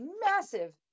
massive